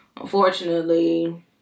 unfortunately